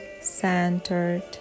centered